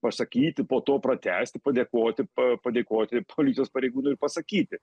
pasakyti po to pratęsti padėkoti padėkoti policijos pareigūnui ir pasakyti